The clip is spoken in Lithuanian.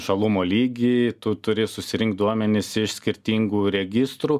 žalumo lygį tu turi susirinkt duomenis iš skirtingų registrų